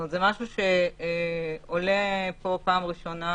זאת אומרת, זה משהו שעולה פה פעם ראשונה,